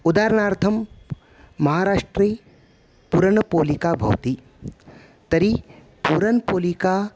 उदाहरणार्थं महाराष्ट्रे पूरणपोलिका भवति तर्हि पूरणपोलिका